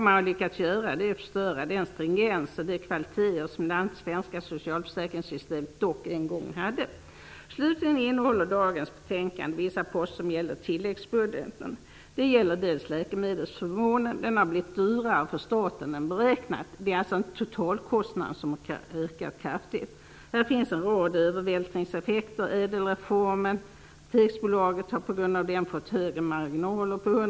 Man har lyckats förstöra den stringens och de kvaliteter som bl.a. det svenska socialförsäkringssystemet ändå en gång hade. Dagens betänkande innehåller också vissa poster som gäller tilläggsbudgeten. Det gäller läkemedelsförmånen. Där har det blivit dyrare för staten än beräknat. Det är alltså totalkostnaden som kraftigt ökat. Det finns också en rad övervältringseffekter. Jag tänker på ÄDEL-reformen. Apoteksbolaget har på grund av denna fått höjda marginaler.